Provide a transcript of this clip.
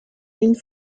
une